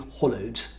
hollowed